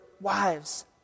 wives